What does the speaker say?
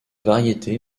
variété